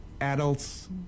adults